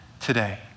today